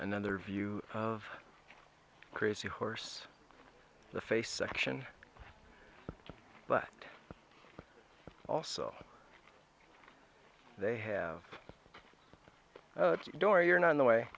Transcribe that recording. then their view of crazy horse the face section but also they have a door you're not in the way